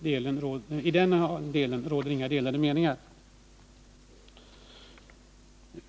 I den delen råder inga delade meningar.